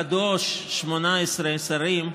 הקדוש, 18 שרים,